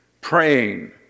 praying